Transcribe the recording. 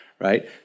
right